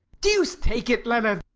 deuce take it, leonard!